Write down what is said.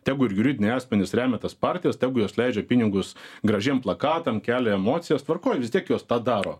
tegu ir juridiniai asmenys remia tas partijas tegu jos leidžia pinigus gražiem plakatam kelia emocijas tvarkoj vis tiek jos tą daro